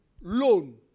loan